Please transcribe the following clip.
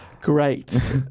great